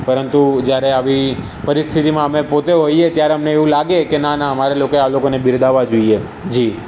પરંતુ જયારે આવી પરિસ્થિતિમાં અમે પોતે હોઈએ ત્યારે અમને એવું લાગે કે ના ના અમારે લોકોએ આ લોકોને બિરદાવવા જોઈએ જી